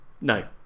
No